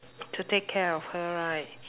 to take care of her right